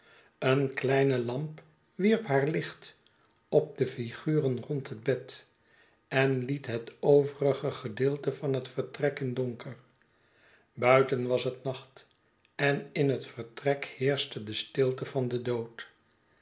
een kleine lamp wierp haar licht op de figuren rondom het bed en het het overige gedeelte van het vertrek in donker buiten was het nacht en in het vertrek heerschte de stilte van den dood